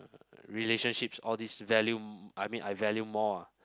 relationships all these value I mean I value more lah